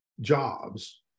jobs